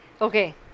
Okay